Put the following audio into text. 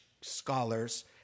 scholars